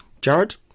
Jared